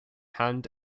hand